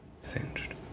Singed